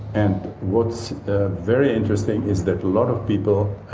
and what's very interesting is that a lot of people,